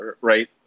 Right